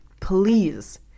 please